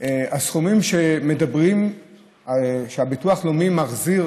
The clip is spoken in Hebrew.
הסכומים שאומרים שהביטוח הלאומי מחזיר